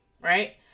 right